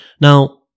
Now